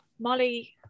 Molly